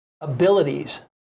abilities